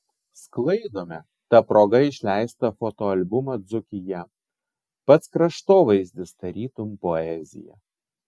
sklaidome ta proga išleistą fotoalbumą dzūkija pats kraštovaizdis tarytum poezija